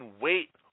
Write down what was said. wait